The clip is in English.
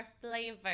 flavor